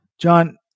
John